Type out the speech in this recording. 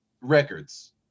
records